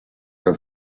her